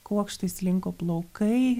kuokštais slinko plaukai